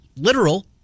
literal